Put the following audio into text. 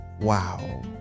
Wow